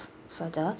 further